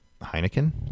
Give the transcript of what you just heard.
heineken